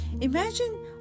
Imagine